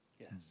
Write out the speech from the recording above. Yes